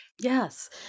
Yes